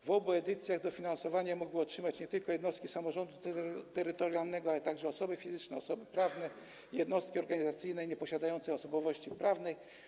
W obu edycjach dofinansowanie mogły otrzymać nie tylko jednostki samorządu terytorialnego, ale także osoby fizyczne, osoby prawne, jednostki organizacyjne nieposiadające osobowości prawnej.